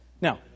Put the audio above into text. Now